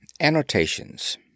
ANNOTATIONS